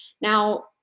Now